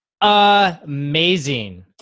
amazing